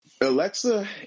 Alexa